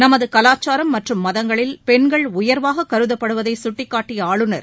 நமது கலாச்சாரம் மற்றும் மதங்களில் பெண்கள் உயர்வாகக் கருதப்படுவதை கட்டிக்காட்டிய ஆளுநர்